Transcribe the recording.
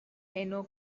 eno